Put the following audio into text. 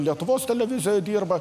lietuvos televizijoj dirba